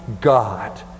god